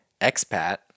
expat